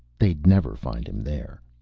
they'd never find him there.